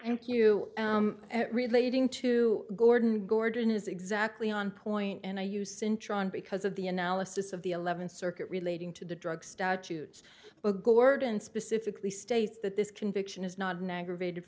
thank you relating to gordon gordon is exactly on point and i use in tron because of the analysis of the eleventh circuit relating to the drug statutes gordon specifically states that this conviction is not an aggravated